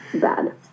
bad